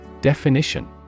Definition